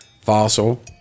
fossil